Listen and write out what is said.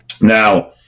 Now